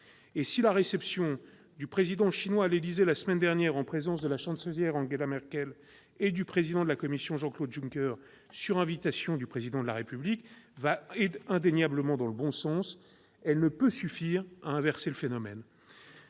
avenir. La réception du Président chinois à l'Élysée la semaine dernière, en présence de la Chancelière Angela Merkel et du Président de la Commission européenne, Jean-Claude Juncker, sur invitation du Président de la République, va indéniablement dans le bon sens. Mais elle ne peut suffire à inverser le phénomène.